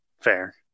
fair